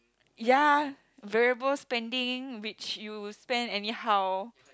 ya variable spendings which you spend anyhow